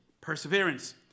perseverance